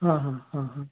हां हां हां हां